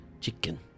chicken